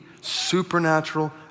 supernatural